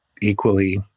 equally